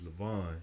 Levon